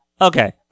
Okay